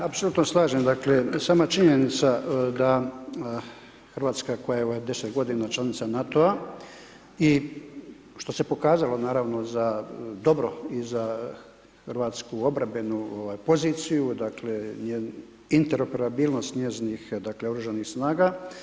Da, apsolutno se slažem dakle, sama činjenica da Hrvatska koja je evo 10 godina članica NATO-a i što se pokazalo naravno za dobro i za hrvatsku obrambenu poziciju, dakle, njen interoperabilnost njezinih dakle oružanih snaga.